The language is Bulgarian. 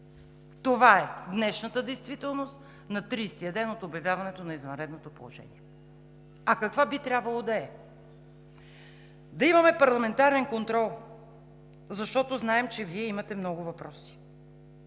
Това е днешната действителност – на 30-ия ден от обявяването на извънредното положение! А каква би трябвало да е? Да имаме парламентарен контрол, защото знаем, че Вие имате много въпроси.